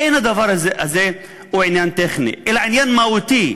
אין הדבר הזה עניין טכני, אלא עניין מהותי.